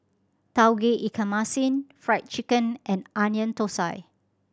Tauge Ikan Masin Fried Chicken and Onion Thosai